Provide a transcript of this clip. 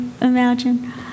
imagine